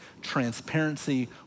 transparency